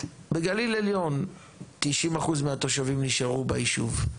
בגליל עליון 90% מהתושבים נשארו ביישוב.